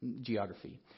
geography